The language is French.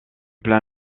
plein